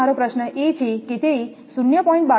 હવે મારો પ્રશ્ન એ છે કે તે 0